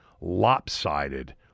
lopsided